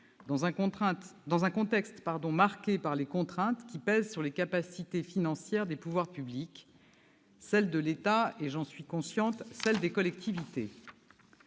dans un contexte marqué par les contraintes qui pèsent sur les capacités financières des pouvoirs publics : sur celles de l'État et, j'en suis consciente, sur celles des collectivités.